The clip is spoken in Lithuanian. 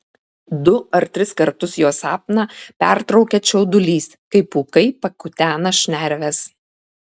du ar tris kartus jo sapną pertraukia čiaudulys kai pūkai pakutena šnerves